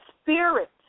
spirit